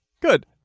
Good